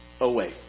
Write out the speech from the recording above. away